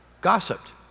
gossiped